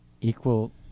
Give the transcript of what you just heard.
equal